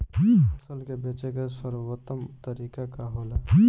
फसल के बेचे के सर्वोत्तम तरीका का होला?